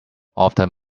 often